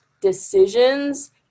decisions